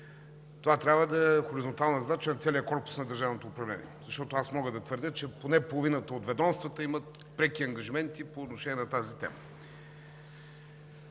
Това трябва да е хоризонтална задача на целия корпус на държавното управление, защото аз мога да твърдя, че поне половината от ведомствата имат преки ангажименти по отношение на тази тема.